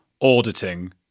auditing